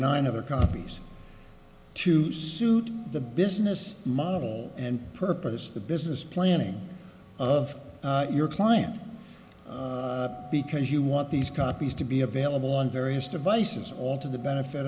nine other copies to suit the business model and purpose the business planning of your client because you want these copies to be available on various devices all to the benefit